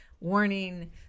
warning